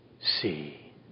see